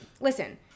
listen